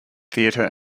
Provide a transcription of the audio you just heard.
theatre